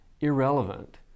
irrelevant